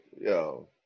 yo